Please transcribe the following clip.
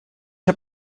hab